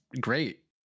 great